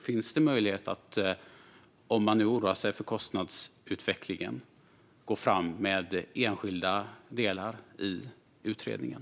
Finns det möjlighet att - om man nu oroar sig för kostnadsutvecklingen - gå fram med enskilda delar i utredningen?